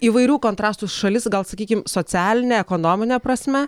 įvairių kontrastų šalis gal sakykim socialine ekonomine prasme